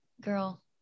Girl